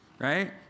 Right